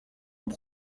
nous